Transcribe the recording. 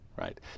right